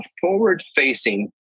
forward-facing